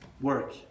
work